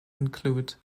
include